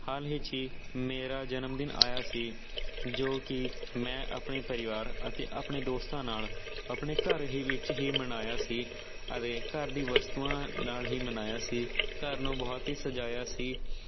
ਹਾਲ ਹੀ ਚੀ ਮੇਰਾ ਜਨਮ ਦਿਨ ਆਇਆ ਸੀ ਜੋ ਕਿ ਮੈਂ ਆਪਣੇ ਪਰਿਵਾਰ ਅਤੇ ਆਪਣੇ ਦੋਸਤਾਂ ਨਾਲ ਆਪਣੇ ਘਰ ਹੀ ਵਿੱਚ ਹੀ ਮਨਾਇਆ ਸੀ ਅਤੇ ਘਰ ਦੀ ਵਸਤੂਆਂ ਨਾਲ ਹੀ ਮਨਾਇਆ ਸੀ ਘਰ ਨੂੰ ਬਹੁਤ ਹੀ ਸਜਾਇਆ ਸੀ